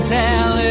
tell